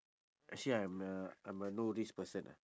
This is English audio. actually I'm uh I'm a no risk person ah